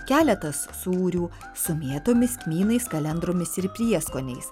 keletas sūrių su mėtomis kmynais kalendromis ir prieskoniais